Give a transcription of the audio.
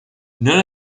none